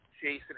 Jason